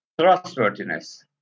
Trustworthiness